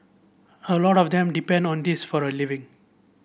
a lot of them depend on this for a living